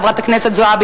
חברת הכנסת זועבי,